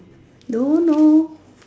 don't know